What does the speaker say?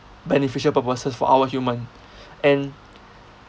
beneficial purposes for our human and